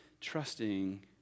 trusting